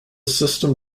system